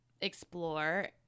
explore